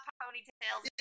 ponytails